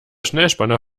schnellspanner